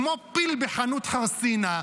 כמו פיל בחנות חרסינה,